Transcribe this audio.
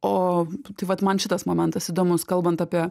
o tai vat man šitas momentas įdomus kalbant apie